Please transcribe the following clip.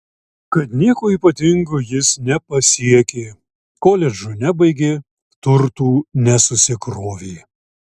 kad nieko ypatingo jis nepasiekė koledžų nebaigė turtų nesusikrovė